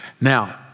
Now